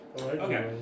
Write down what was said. Okay